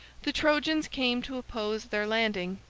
the trojans came to oppose their landing,